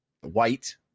white